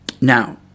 Now